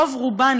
רוב-רובן,